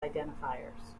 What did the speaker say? identifiers